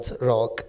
rock